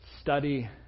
study